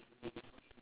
okay